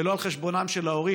ולא על חשבונם של ההורים,